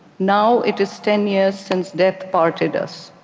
now it is ten years since death parted us.